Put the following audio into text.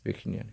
बेखिनियानो